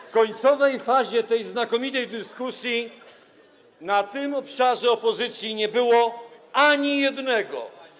W końcowej fazie tej znakomitej dyskusji, na obszarze opozycji nie było ani jednego.